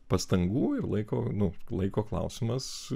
pastangų ir laiko nu laiko klausimas